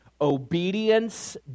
Obedience